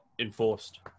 enforced